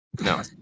No